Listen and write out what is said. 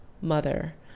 mother